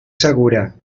segura